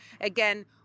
again